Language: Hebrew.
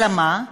אלא מה,